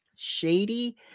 shady